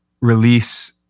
release